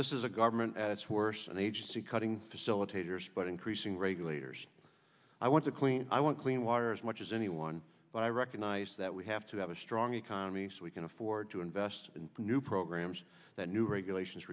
this is a government at its worse an agency cutting facilitators but increasing regulators i want to clean i want clean water as much as anyone but i recognize that we have to have a strong economy so we can afford to invest in new programs that new regulations